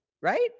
Right